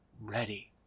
ready